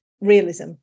realism